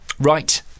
Right